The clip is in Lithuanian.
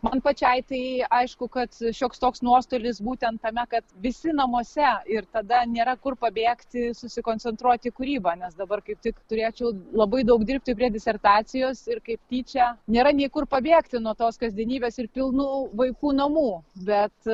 man pačiai tai aišku kad šioks toks nuostolis būtent tame kad visi namuose ir tada nėra kur pabėgti susikoncentruoti į kūrybą nes dabar kaip tik turėčiau labai daug dirbti prie disertacijos ir kaip tyčia nėra nei kur pabėgti nuo tos kasdienybės ir pilnų vaikų namų bet